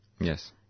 Yes